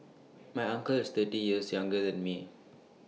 my uncle is thirty years younger than me